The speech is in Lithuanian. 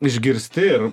išgirsti ir